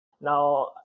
Now